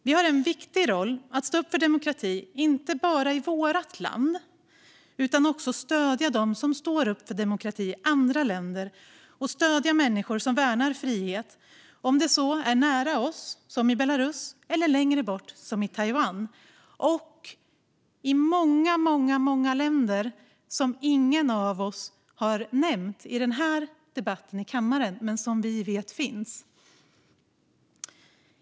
Vi har en viktig roll inte bara att stå upp för demokrati i vårt land utan också stödja dem som står upp för demokrati i andra länder och stödja människor som värnar frihet, om det så är nära oss som i Belarus eller längre bort som i Taiwan och i många andra länder som ingen av oss har nämnt i den här debatten men som vi vet finns.